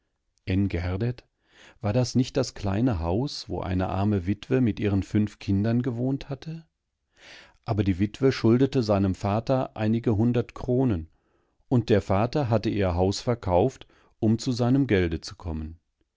war das nicht das kleine haus wo eine arme witwe mit ihren fünf kindern gewohnt hatte aber die witwe schuldete seinem vater einige hundert kronen und der vater hatte ihr haus verkauft um zu seinem gelde zu kommen